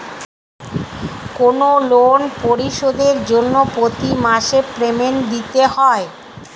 কোনো লোন পরিশোধের জন্য প্রতি মাসে পেমেন্ট দিতে হয়